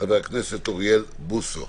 וחבר הכנסת אוריאל בוסו.